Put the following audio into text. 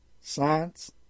science